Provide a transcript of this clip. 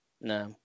No